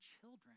children